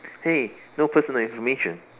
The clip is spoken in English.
hey no personal information